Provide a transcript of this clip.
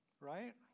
right